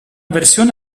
versione